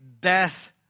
Death